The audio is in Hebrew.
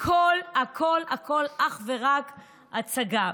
הכול הכול הכול אך ורק הצגה.